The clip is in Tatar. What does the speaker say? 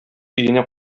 өенә